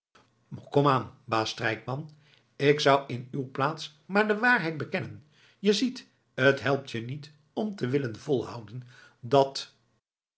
komaan baas strijkman ik zou in uw plaats maar de waarheid bekennen je ziet het helpt je niet om te willen volhouden dat